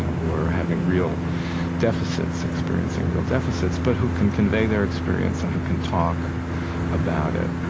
who are having real deficits, experiencing real deficits, but who can convey their experience and who can talk about it.